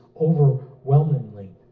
overwhelmingly